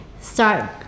start